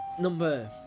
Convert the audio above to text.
Number